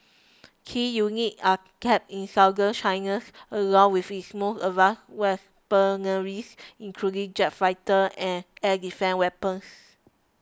key units are kept in Southern China along with its most advanced weaponry including jet fighters and air defence weapons